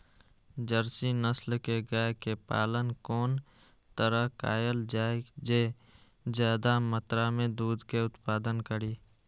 Jersey नस्ल के गाय के पालन कोन तरह कायल जाय जे ज्यादा मात्रा में दूध के उत्पादन करी?